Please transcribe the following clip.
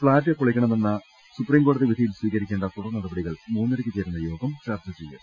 flat പൊളിക്കണമെന്ന supreme കോടതി വിധിയിൽ സ്വീകരിക്കേണ്ട തുടർ നടപടികൾ മൂന്ന രക്ക് ചേരുന്ന യോഗം ചർച്ച ചെയ്യും